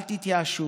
אל תתייאשו.